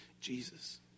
Jesus